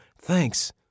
Thanks